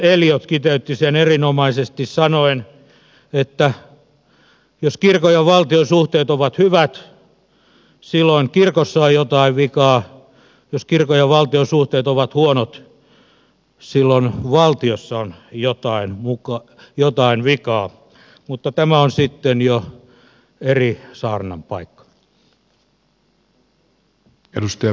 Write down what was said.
elliot kiteytti sen erinomaisesti sanoen että jos kirkon ja valtion suhteet ovat hyvät silloin kirkossa on jotain vikaa jos kirkon ja valtion suhteet ovat huonot silloin valtiossa on jotain vikaa mutta tämä on sitten jo eri saarnan paikka